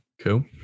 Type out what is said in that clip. Cool